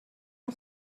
اون